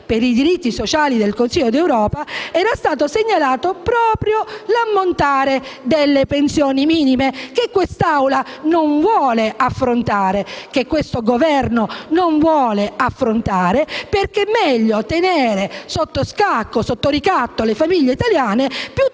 per i diritti sociali del Consiglio d'Europa era stato segnalato proprio l'ammontare delle pensioni minime, che quest'Aula e questo Governo non vogliono affrontare, perché è meglio tenere sotto ricatto le famiglie italiane piuttosto